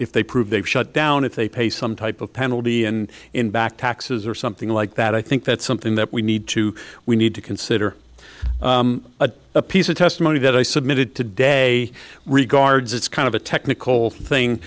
if they prove they've shut down if they pay some type of penalty and in back taxes or something like that i think that's something that we need to we need to consider a a piece of testimony that i submitted today regards it's kind of a technical thing